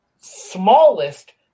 smallest